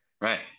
Right